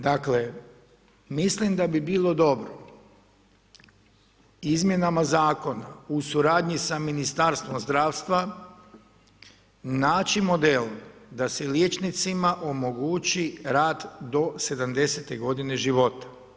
Dakle, mislim da bi bilo dobro izmjenama Zakona u suradnji sa Ministarstvom zdravstva naći model da se liječnicima omogući rad do 70.-te godine života.